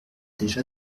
déjà